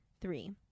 Three